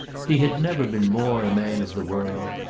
he had never been more a man of the world,